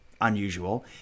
unusual